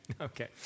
okay